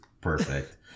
perfect